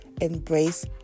Embrace